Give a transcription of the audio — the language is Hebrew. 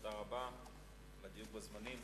תודה רבה על הדיוק בזמנים,